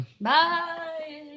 Bye